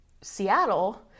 Seattle